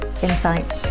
insights